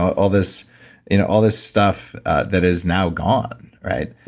all this you know all this stuff that is now gone, right?